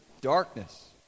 darkness